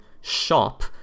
shop